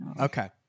okay